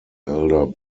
elder